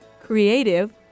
creative